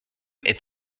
est